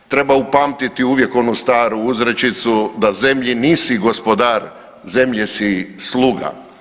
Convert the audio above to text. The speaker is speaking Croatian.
Treba upamtiti uvijek onu staru uzrečicu da zemlji nisi gospodar, zemlji si sluga.